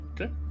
okay